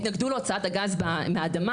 התנגדו להוצאת הגז מהאדמה.